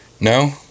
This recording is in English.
No